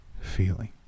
feeling